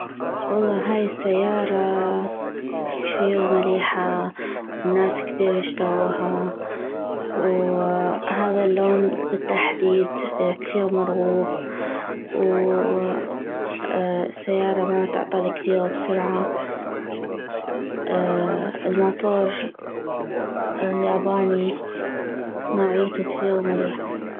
والله هاي السيارة كثيغ مليحة والناس كثيغ يشتغوها وهذا اللون بالتحديد كثيغ مرغوب و سيارة ما تعطل كثيغ بسرعة الماطور ياباني نوعيتو كثيغ مليحة